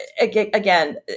again